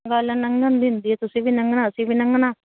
ਗੱਲ ਨੰਘਣ ਦੀ ਹੁੰਦੀ ਹੈ ਤੁਸੀਂ ਵੀ ਲੰਘਣਾ ਅਸੀਂ ਵੀ ਲੰਘਣਾ